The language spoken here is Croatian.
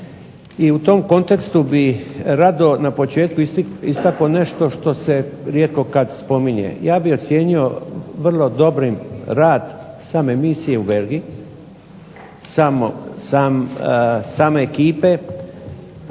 I u tom kontekstu bi rado na početku istakao nešto što se rijetko kad spominje. Ja bih ocijenio vrlo dobrim rad same misije u Belgiji, same ekipe